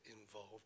involved